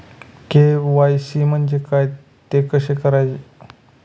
KYC म्हणजे काय? ते कसे करायचे?